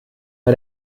mal